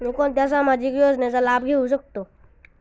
मी कोणत्या सामाजिक योजनेचा लाभ घेऊ शकते?